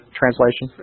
translation